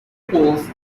poles